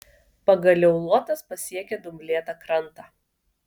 pagaliau luotas pasiekė dumblėtą krantą